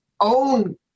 own